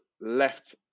left